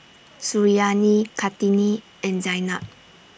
Suriani Kartini and Zaynab